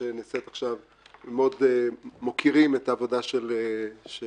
שנעשית עכשיו ומוקירים מאוד את העבודה של אתי.